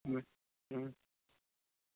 ꯎꯝ ꯎꯝ